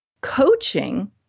Coaching